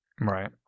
right